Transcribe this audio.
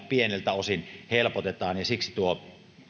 pieneltä osin helpotetaan ja siksi tuo